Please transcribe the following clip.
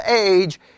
age